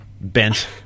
bent